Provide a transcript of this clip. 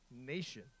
nation